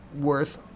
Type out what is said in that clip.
worth